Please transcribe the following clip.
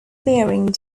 bearing